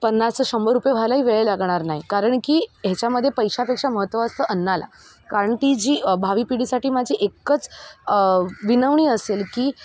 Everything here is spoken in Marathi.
पन्नासं शंभर रुपये व्हायलाही वेळ लागणार नाही कारण की हेच्यामदे पैशापेक्षा महत्त्वा असतं अन्नाला कारण ती जी भावी पिढीसाठी माझी एकच विनवणी असेल की